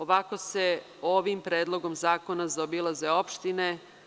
Ovako se ovim predlogom zakona zaobilaze opštine.